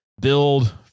build